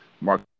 Mark